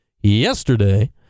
Yesterday